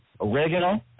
Oregano